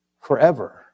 forever